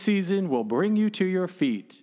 season will bring you to your feet